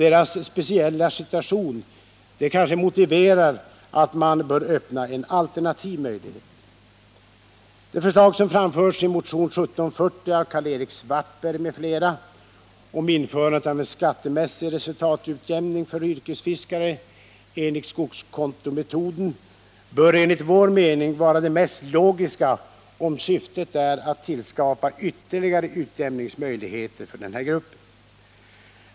Deras speciella situation kanske motiverar att man öppnar en alternativ möjlighet. Det förslag som framförs i motionen 1740 av Karl-Erik Svartberg m.fl. om införandet av en skattemässig resultatutjämning för yrkesfiskare enligt skogskontometoden bör enligt vår mening vara det mest logiska, om syftet är att tillskapa ytterligare utjämningsmöjligheter för denna grupp.